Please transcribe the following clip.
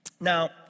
Now